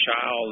Child